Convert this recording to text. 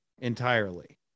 entirely